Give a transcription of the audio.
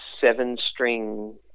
seven-string